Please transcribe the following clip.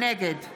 נגד